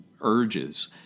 urges